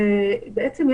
בעצם,